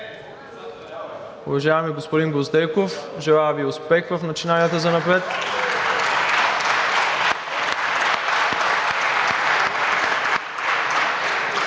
Уважаеми господин Гвоздейков, желая Ви успех в начинанията занапред!